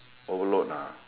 overload ah